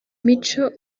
mico